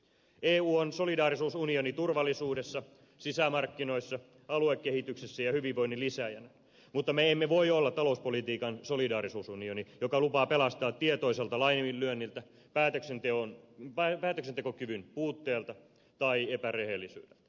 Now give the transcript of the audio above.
eu on solidaarisuusunioni turvallisuudessa sisämarkkinoissa aluekehityksessä ja hyvinvoinnin lisääjänä mutta me emme voi olla talouspolitiikan solidaarisuusunioni joka lupaa pelastaa tietoiselta laiminlyönniltä päätöksentekokyvyn puutteelta tai epärehellisyydeltä